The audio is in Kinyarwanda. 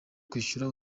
kwishyura